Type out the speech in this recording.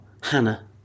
Hannah